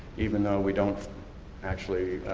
even though we don't actually,